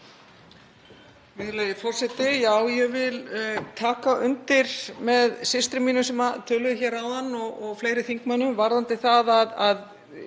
forseti. Ég vil taka undir með systrum mínum sem töluðu hér áðan, og fleiri þingmönnum, varðandi það að